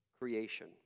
creation